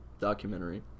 documentary